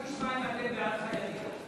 עכשיו נשמע אם אתם בעד חיילים.